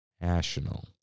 National